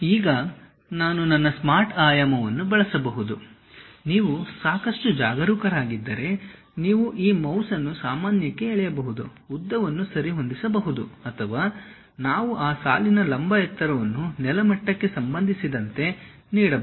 ಈಗ ನಾನು ನನ್ನ ಸ್ಮಾರ್ಟ್ ಆಯಾಮವನ್ನು ಬಳಸಬಹುದು ನೀವು ಸಾಕಷ್ಟು ಜಾಗರೂಕರಾಗಿದ್ದರೆ ನೀವು ಈ ಮೌಸ್ ಅನ್ನು ಸಾಮಾನ್ಯಕ್ಕೆ ಎಳೆಯಬಹುದು ಉದ್ದವನ್ನು ಸರಿಹೊಂದಿಸಬಹುದು ಅಥವಾ ನಾವು ಆ ಸಾಲಿನ ಲಂಬ ಎತ್ತರವನ್ನು ನೆಲಮಟ್ಟಕ್ಕೆ ಸಂಬಂಧಿಸಿದಂತೆ ನೀಡಬಹುದು